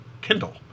Kindle